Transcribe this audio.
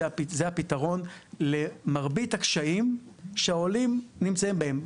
זה הפתרון למרבית הקשיים שהעולים נמצאים בהם.